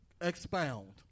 Expound